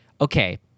Okay